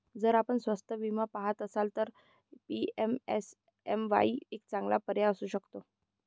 जर आपण स्वस्त विमा पहात असाल तर पी.एम.एस.एम.वाई एक चांगला पर्याय असू शकतो